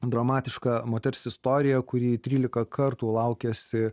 dramatišką moters istoriją kuri trylika kartų laukiasi